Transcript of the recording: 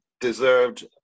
deserved